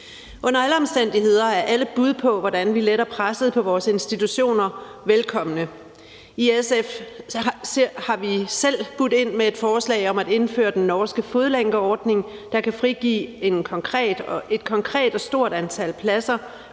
Under alle omstændigheder er alle bud på, hvordan vi letter presset på vores institutioner, velkomne. I SF har vi selv budt ind med et forslag om at indføre den norske fodlænkeordning, der kan ikke give et konkret og stort antal pladser,